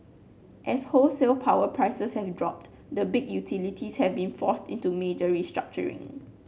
as wholesale power prices have dropped the big utilities have been forced into major restructuring